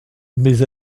mais